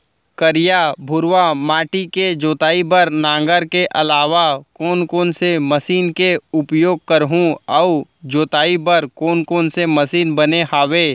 करिया, भुरवा माटी के जोताई बर नांगर के अलावा कोन कोन से मशीन के उपयोग करहुं अऊ जोताई बर कोन कोन से मशीन बने हावे?